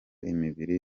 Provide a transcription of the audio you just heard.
imibiri